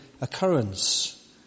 occurrence